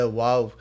wow